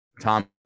tom